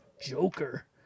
Joker